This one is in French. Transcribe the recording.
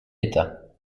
état